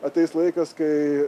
ateis laikas kai